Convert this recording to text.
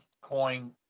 coin